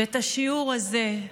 ואת השיעור הזה,